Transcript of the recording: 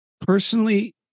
Personally